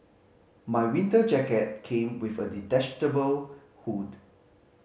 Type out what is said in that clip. my winter jacket came with a detachable hood